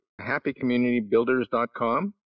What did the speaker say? happycommunitybuilders.com